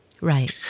right